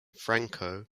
franco